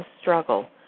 struggle